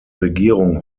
regierung